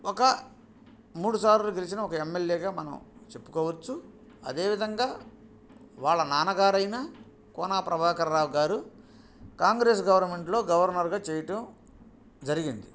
ఒక మూడు సార్లు గెలిచిన ఒక ఎమ్ ఎల్ ఏగా మనం చెప్పుకోవచ్చు అదేవిధంగా వాళ్ళ నాన్నగారైన కోనా ప్రభాకర్ రావు గారు కాంగ్రెస్ గవర్నమెంట్లో గవర్నర్గా చేయడం జరిగింది